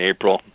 April